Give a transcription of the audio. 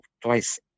twice